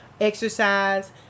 exercise